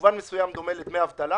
ואתה אומר להם